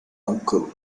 uncle